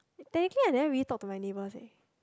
technically I never really talk to my neighbours eh